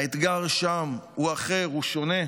האתגר שם הוא אחר ושונה,